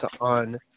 on